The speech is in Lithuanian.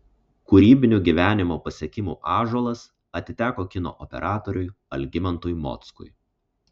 kūrybinių gyvenimo pasiekimų ąžuolas atiteko kino operatoriui algimantui mockui